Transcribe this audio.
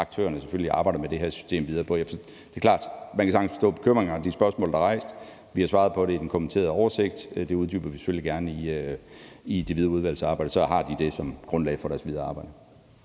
aktørerne selvfølgelig arbejder videre med det her system på. Det er klart, at man sagtens kan forstå bekymringerne og de spørgsmål, der er rejst. Vi har svaret på det i den kommenterede oversigt, og det uddyber vi selvfølgelig gerne i det videre udvalgsarbejde, så de har det som grundlag for deres videre arbejde.